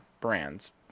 brands